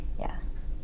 Yes